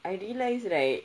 I realized right